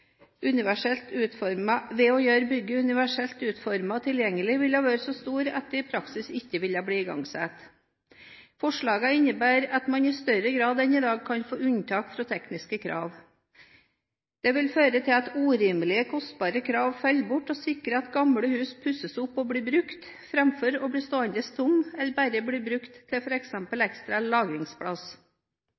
universelt utformet og tilgjengelig ville være så store at tiltaket i praksis ikke ville bli igangsatt. Forslagene innebærer at man i større grad enn i dag kan få unntak fra tekniske krav. Det vil føre til at urimelig kostbare krav faller bort, og sikrer at gamle hus pusses opp og blir brukt, framfor å bli stående tomme eller bare brukt til f.eks. ekstra